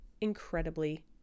incredibly